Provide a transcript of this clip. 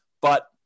but-